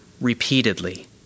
repeatedly